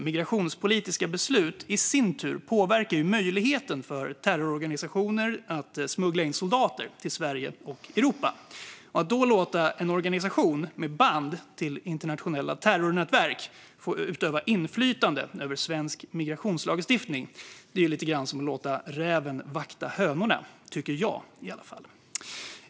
Migrationspolitiska beslut i sin tur påverkar ju möjligheten för terrororganisationer att smuggla in soldater till Sverige och Europa. Att då låta en organisation med band till internationella terrornätverk få utöva inflytande över svensk migrationslagstiftning är lite som att låta räven vakta hönorna, tycker i alla fall jag.